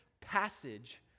passage